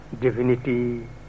divinity